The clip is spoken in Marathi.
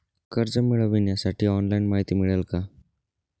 कर्ज मिळविण्यासाठी ऑनलाइन माहिती मिळेल का?